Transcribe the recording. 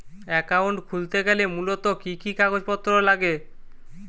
Account খুলতে গেলে মূলত কি কি কাগজপত্র লাগে?